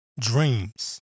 dreams